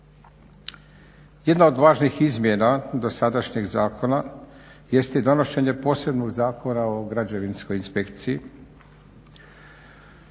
Jedna od važnih izmjena dosadašnjeg zakona jest i donošenje posebnog Zakona o Građevinskoj inspekciji